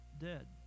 dead